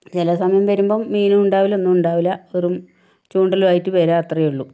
ചില സമയം വരുമ്പം മീനും ഉണ്ടാവില്ല ഒന്നും ഉണ്ടാവില്ല ഒരു വെറും ചുണ്ടലും ആയിട്ട് വരാം അത്രയേ ഉള്ളൂ